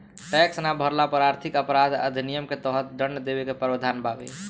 tax ना भरला पर आर्थिक अपराध अधिनियम के तहत दंड देवे के प्रावधान बावे